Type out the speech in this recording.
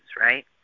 right